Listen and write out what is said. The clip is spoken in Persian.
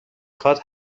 خواد